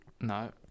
no